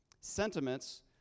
sentiments